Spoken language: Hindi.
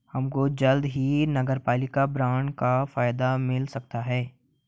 हमको जल्द ही नगरपालिका बॉन्ड का फायदा मिल सकता है